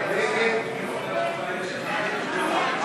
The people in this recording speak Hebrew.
לשנת התקציב 2016,